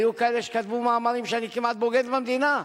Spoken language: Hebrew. היו כאלה שכתבו מאמרים שאני כמעט בוגד במדינה,